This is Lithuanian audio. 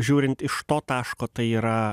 žiūrint iš to taško tai yra